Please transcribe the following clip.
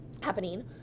happening